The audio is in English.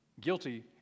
guilty